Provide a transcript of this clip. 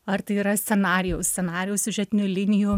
ar tai yra scenarijaus scenarijaus siužetinių linijų